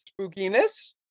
spookiness